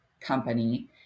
company